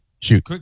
Shoot